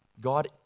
God